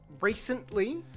recently